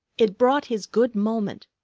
it brought his good moment.